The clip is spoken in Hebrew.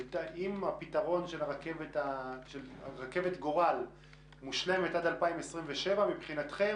אם הפתרון של רכבת גורל מושלמת עד 2027 מבחינתכם